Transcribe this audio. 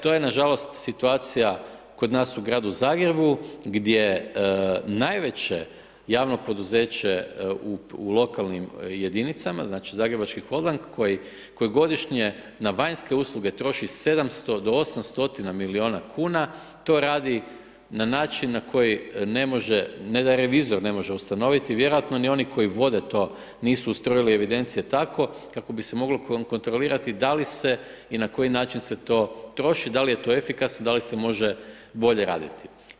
To je na žalost situacija kod nas u Gradu Zagrebu gdje najveće javno poduzeće u lokalnim jedinicama znači, Zagrebački holding koji godišnje na vanjske usluge troši 700 do 800 milijuna kuna to radi na način na koji ne može ne da revizor ne može ustanoviti, vjerojatno ni oni koji vode to nisu ustrojili evidencije tako kako bi se moglo kontrolirati da li se i na koji način se to troši, da li je to efikasno, da li se može bolje raditi.